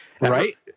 Right